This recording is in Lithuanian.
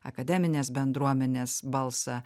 akademinės bendruomenės balsą